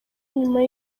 nyuma